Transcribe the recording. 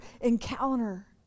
encounter